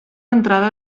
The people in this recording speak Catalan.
entrada